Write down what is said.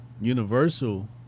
Universal